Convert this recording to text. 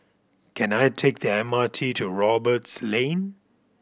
can I take the M R T to Roberts Lane